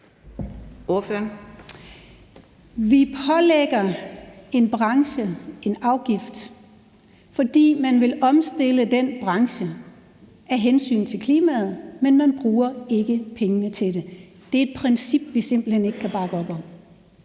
Man pålægger en branche en afgift, fordi man vil omstille den branche af hensyn til klimaet, men man bruger ikke pengene til det. Det er et princip, vi simpelt hen ikke kan bakke op om.